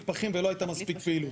בקושי קורה.